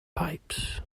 pipes